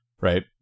Right